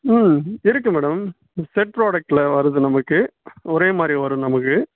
ம் இருக்குது madam set ப்ராடெக்ட்டில் வருது நமக்கு ஒரே மாதிரி வரும் நமக்கு